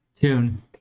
tune